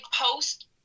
post